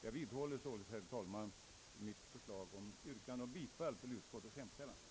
Jag vidhåller således, herr talman, mitt yrkande om bifall till utskottets hemställan.